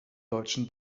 deutschen